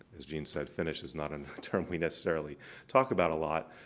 as gene said, finish is not a term we necessarily talk about a lot,